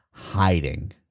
Hiding